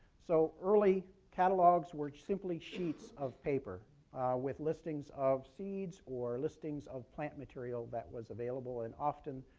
so early catalogs were simply sheets of paper with listings of seeds or listings of plant material that was available. and often,